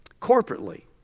corporately